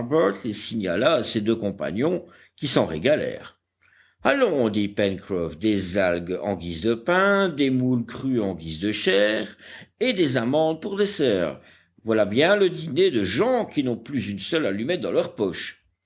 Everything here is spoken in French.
les signala à ses deux compagnons qui s'en régalèrent allons dit pencroff des algues en guise de pain des moules crues en guise de chair et des amandes pour dessert voilà bien le dîner de gens qui n'ont plus une seule allumette dans leur poche